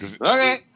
Okay